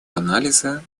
анализа